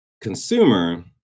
consumer